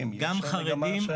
גם חרדים.